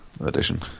Edition